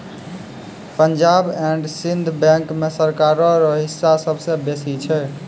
Punjab and Sind bank मे सरकारो रो हिस्सा सबसे बेसी छै